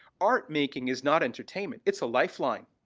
art making is not entertainment, it's a lifeline,